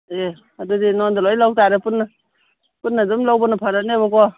ꯑꯦ ꯑꯗꯨꯗꯤ ꯅꯪꯉꯣꯟꯗ ꯂꯣꯏ ꯂꯧꯇꯔꯦ ꯄꯨꯟꯅ ꯄꯨꯟꯅ ꯑꯗꯨꯝ ꯂꯧꯕꯅ ꯐꯔꯅꯦꯕꯀꯣ